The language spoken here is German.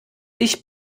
ich